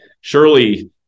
surely